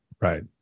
Right